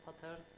patterns